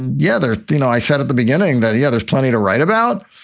yeah, there you know, i said at the beginning that, yeah, there's plenty to write about.